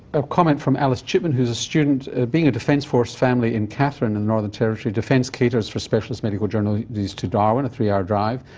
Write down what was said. a comment from alice chipman, who's a student being a defence-force family in katherine in the northern territory, defence caters for specialist medical journeys to darwin, a three-hour drive.